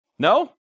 No